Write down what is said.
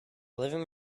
living